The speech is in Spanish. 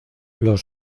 los